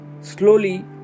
slowly